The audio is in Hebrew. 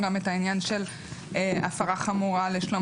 גם את העניין של הפרה חמורה לשלום